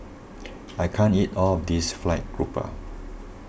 I can't eat all of this Fried Grouper